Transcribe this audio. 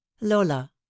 Lola